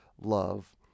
love